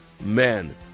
Men